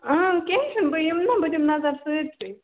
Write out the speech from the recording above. کیٚنٛہہ چھُنہٕ بہٕ یِمہٕ نا بہٕ دِمہٕ نظر سٲرسٕے